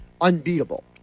unbeatable